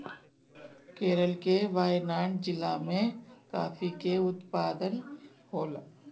केरल के वायनाड जिला में काफी के उत्पादन होला